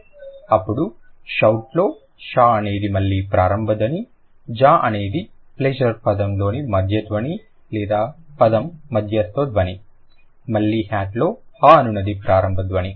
అప్పుడు షౌట్ లో ష అనేది మళ్ళీ ప్రారంభ ధ్వని జ అనేది ప్లెజర్ పదం లోని మధ్య ధ్వని లేదా పదం మధ్యస్థ ధ్వని మళ్ళీ హ్యాట్ లో హా అనునది ప్రారంభ ధ్వని